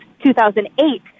2008